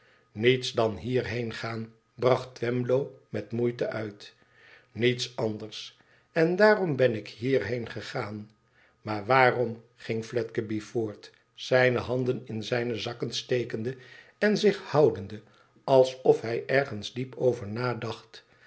niets dan hierheen gaan bracht twemlow met moeite uit niets anders en daarom ben ik hierheen gegaan maar waarom gingfiedgdby voort zijne handen in zijne zakken stekende en zich houdende alsof hij ergens diep over nadacht